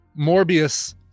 Morbius